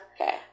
Okay